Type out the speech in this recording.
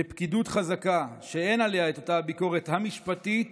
לפקידות חזקה שאין עליה את אותה ביקורת משפטית